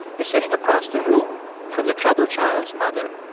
is sitting across the room from the troubled child's mother.